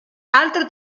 altro